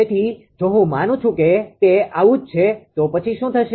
તેથી જો હું માનું છું કે તે આવું જ છે તો પછી શું થશે